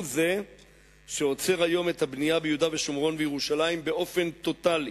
הוא זה שעוצר היום את הבנייה ביהודה ושומרון ובירושלים באופן טוטלי.